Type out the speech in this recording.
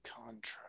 contract